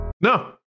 No